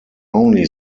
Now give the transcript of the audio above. only